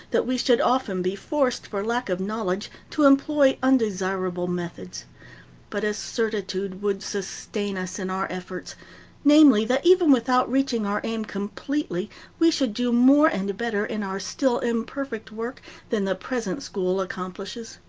that we should often be forced, for lack of knowledge, to employ undesirable methods but a certitude would sustain us in our efforts namely, that even without reaching our aim completely we should do more and better in our still imperfect work than the present school accomplishes.